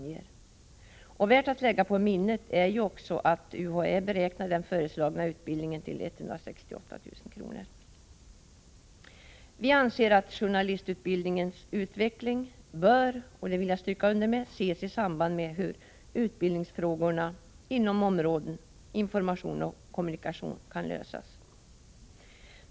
Det är värt att lägga på minnet att UHÄ beräknar att den föreslagna utbildningen skulle kosta 168 000 kr. Jag vill alltså understryka att vi anser att journalistutbildningens utveckling bör bedömas i samband med lösningen av utbildningsfrågorna inom områdena information och kommunikation.